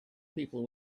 people